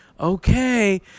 Okay